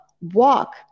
walk